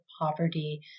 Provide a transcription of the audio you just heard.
poverty